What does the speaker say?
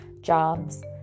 jobs